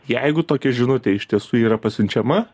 jeigu tokia žinutė iš tiesų yra pasiunčiama